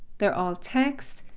they're all text.